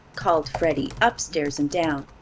called freddie, upstairs and down,